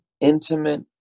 intimate